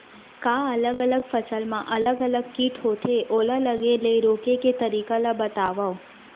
का अलग अलग फसल मा अलग अलग किट होथे, ओला लगे ले रोके के तरीका ला बतावव?